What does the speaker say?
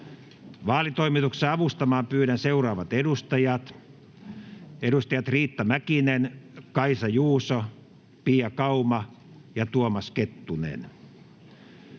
Vaalitoimituksessa avustamaan pyydän seuraavat edustajat: Riitta Mäkinen, Kaisa Juuso, Pia Kauma ja Tuomas Kettunen.